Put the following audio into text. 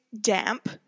damp